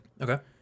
Okay